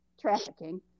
trafficking